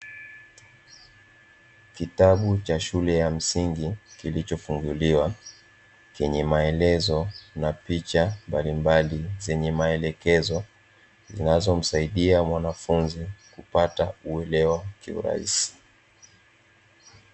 Kitabu cha shule ya msingi kilichofunguliwa chenye maelezo na picha mbalimbali zenye maelekezo zinazomsaidia mwanafunzi kupata uelewa kiurahisi.